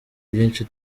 byinshi